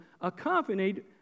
accompanied